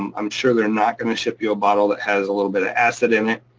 um i'm sure they're not gonna ship you a bottle that has a little bit of acid in it,